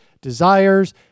desires